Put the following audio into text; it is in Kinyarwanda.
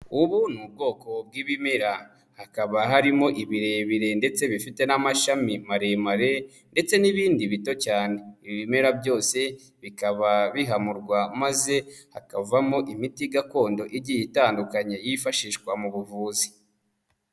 Ubu ni ubwoko bw'ibimera, hakaba harimo ibirebire ndetse bifite n'amashami maremare ndetse n'ibindi bito cyane, ibimera byose bikaba bihamurwa maze hakavamo imiti gakondo igiye itandukanye yifashishwa mu buvuzi.